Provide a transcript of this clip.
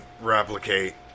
replicate